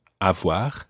avoir